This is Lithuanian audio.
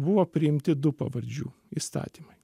buvo priimti du pavardžių įstatymai